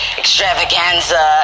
extravaganza